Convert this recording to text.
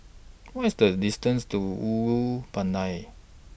What IS The distance to Ulu Pandan